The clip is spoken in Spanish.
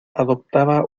adoptaba